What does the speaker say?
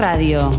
Radio